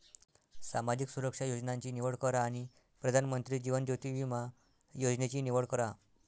सामाजिक सुरक्षा योजनांची निवड करा आणि प्रधानमंत्री जीवन ज्योति विमा योजनेची निवड करा